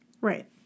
Right